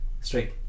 straight